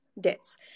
Debts